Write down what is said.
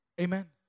Amen